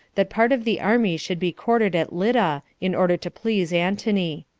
that part of the army should be quartered at lydda, in order to please antony.